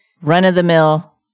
run-of-the-mill